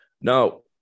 Now